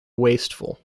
wasteful